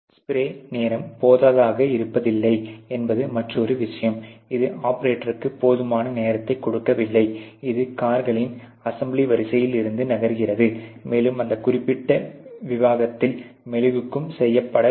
spray நேரம் போததாக இருபத்தில்லை என்பது மற்றொரு விஷயம் இது ஆபரேட்டருக்கு போதுமான நேரத்தை கொடுக்கவில்லை இது கார்களின் அசெம்பிளி வரிசையில் இருந்து நகர்கிறது மேலும் அந்த குறிப்பிட்ட விகிதத்தில் மெழுகும் செய்யப்பட வேண்டும்